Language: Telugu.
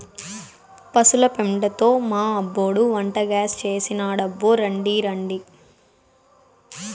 పశుల పెండతో మా అబ్బోడు వంటగ్యాస్ చేసినాడబ్బో రాండి రాండి